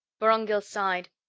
vorongil sighed.